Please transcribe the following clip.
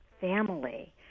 family